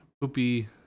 poopy